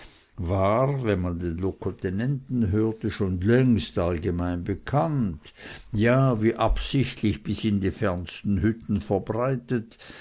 war wenn man den locotenenten hörte schon längst allgemein bekannt ja wie absichtlich bis in die fernsten hütten verbreitet